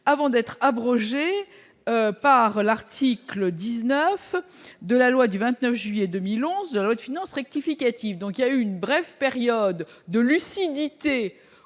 avant d'être abrogée par l'article 19 de la loi du 29 juillet 2011 de finances rectificative, donc il y a eu une brève période de lucidité,